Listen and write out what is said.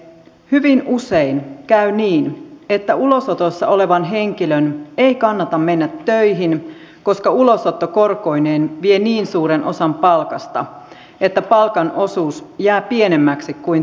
hyvin usein käy niin että ulosotossa olevan henkilön ei kannata mennä töihin koska ulosotto korkoineen vie niin suuren osan palkasta että palkan osuus jää pienemmäksi kuin toimeentulotuki